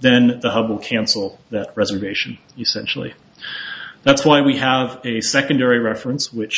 then the hubble cancel that reservation essentially that's why we have a secondary reference which